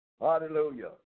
Hallelujah